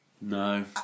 No